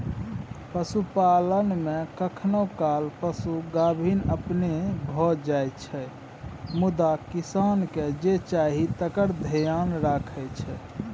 पशुपालन मे कखनो काल पशु गाभिन अपने भए जाइ छै मुदा किसानकेँ जे चाही तकर धेआन रखै छै